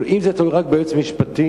אם זה תלוי רק ביועץ המשפטי,